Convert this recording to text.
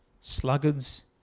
sluggards